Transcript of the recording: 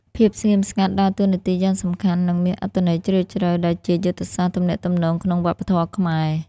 ភាពស្ងៀមស្ងាត់ដើរតួនាទីយ៉ាងសំខាន់ និងមានអត្ថន័យជ្រាលជ្រៅដែលជាយុទ្ធសាស្ត្រទំនាក់ទំនងក្នុងវប្បធម៌ខ្មែរ។